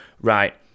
right